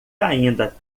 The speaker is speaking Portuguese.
ainda